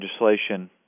legislation